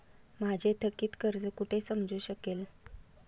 माझे थकीत कर्ज कुठे समजू शकेल?